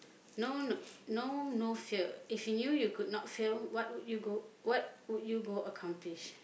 no no no no fear if it you you could not fail what would you go what would you go accomplish